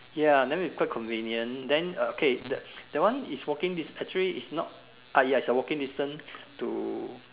ya then we quite convenient then uh K that that one is walking distance actually is not ah ya is a walking distance to